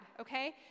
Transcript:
okay